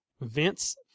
Vince